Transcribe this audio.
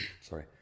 sorry